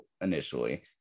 initially